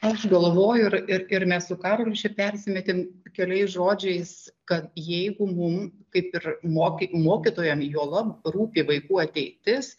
aš galvoju ir ir ir mes su karoliu čia persimetėm keliais žodžiais kad jeigu mum kaip ir moki mokytojam juolab rūpi vaikų ateitis